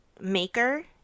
maker